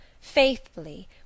faithfully